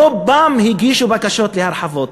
רובן הגישו בקשות להרחבות.